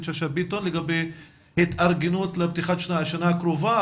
שאשא ביטון לגבי התארגנות לפתיחת השנה הקרובה,